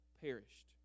perished